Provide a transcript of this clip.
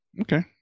Okay